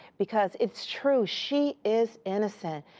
because it's true. she is innocent.